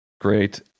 great